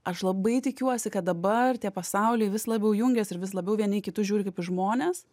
aš labai tikiuosi kad dabar tie pasauliai vis labiau jungiasi ir vis labiau vieni į kitus žiūri kaip į žmones